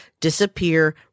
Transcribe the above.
disappear